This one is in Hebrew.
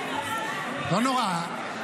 לא נורא,